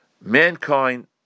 mankind